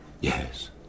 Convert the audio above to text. Yes